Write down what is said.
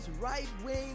right-wing